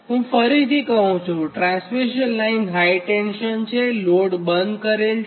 હું ફરીથી કહુંકે ટ્રાન્સમિશન લાઇન હાઇ ટેન્શન છેપણ લોડ બંધ કરેલ છે